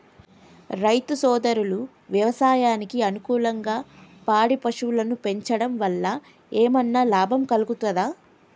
రైతు సోదరులు వ్యవసాయానికి అనుకూలంగా పాడి పశువులను పెంచడం వల్ల ఏమన్నా లాభం కలుగుతదా?